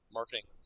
Marketing